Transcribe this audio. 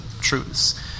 truths